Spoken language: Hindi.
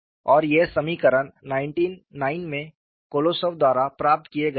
और ये समीकरण 1909 में कोलोसोव द्वारा प्राप्त किए गए थे